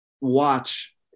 watch